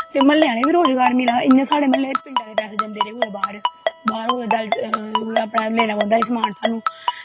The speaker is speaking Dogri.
ते मह्ल्ले आह्लें गी बी रोजगार मिला दा इयां साढ़े मह्ल्ले पिंडा दे पैसे जंदे रेह् कुदै बाह्र बाह्र कुदै लैना पौंदा हा समान साह्नू